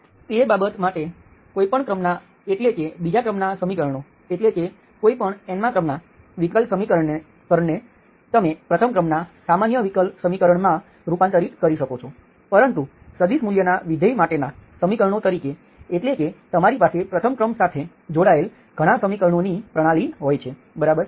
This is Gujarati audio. તે બાબત માટે કોઈપણ ક્રમના એટલે કે બીજાક્રમના સમીકરણો એટલે કે કોઈપણ n માં ક્રમના વિકલ સમીકરણને તમે પ્રથમ ક્રમના સામાન્ય વિકલ સમીકરણમાં રૂપાંતરિત કરી શકો છો પરંતુ સદીસ મૂલ્યનાં વિધેય માટેનાં સમીકરણ તરીકે એટ્લે કે તમારી પાસે પ્રથમ ક્રમ સાથે જોડાયેલ ઘણાં સમીકરણોની પ્રણાલી હોય છે બરાબર